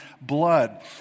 blood